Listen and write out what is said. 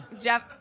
Jeff